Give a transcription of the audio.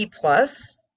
plus